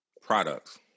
products